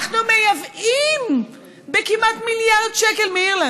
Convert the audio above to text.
אנחנו מייבאים כמעט במיליארד שקל מאירלנד.